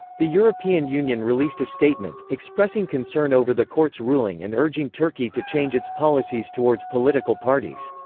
the european union released a statement, expressing concern over the court's ruling and urging turkey to change its policies towards political parties.